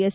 S